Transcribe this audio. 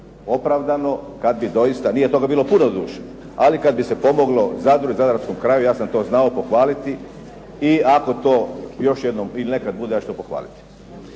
opravdano kad bi doista, nije toga bilo puno doduše ali kad bi se pomoglo Zadru i zadarskom kraju ja sam to znao pohvaliti i ako to još jednom ili nekad bude ja ću to pohvaliti.